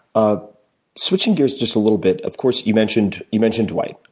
ah switching gears just a little bit, of course you mentioned you mentioned dwight.